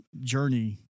journey